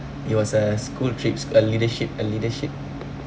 it was a school trip a leadership a leadership